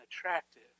attractive